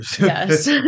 yes